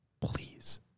please